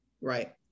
right